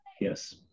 Yes